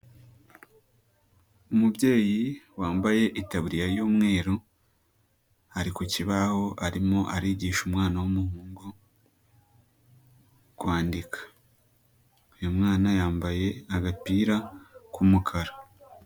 Umubyeyi wambaye itaburiya y'umweru ari ku kibaho arimo arigisha umwana w'umuhungu kwandika, uyu mwana yambaye agapira k'umukara.